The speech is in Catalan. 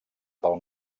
pel